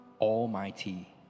almighty